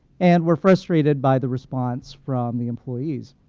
and were frustrated by the response from the employees.